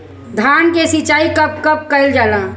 धान के सिचाई कब कब कएल जाला?